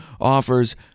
offers